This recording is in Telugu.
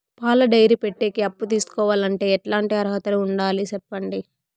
పాల డైరీ పెట్టేకి అప్పు తీసుకోవాలంటే ఎట్లాంటి అర్హతలు ఉండాలి సెప్పండి?